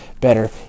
better